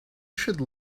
should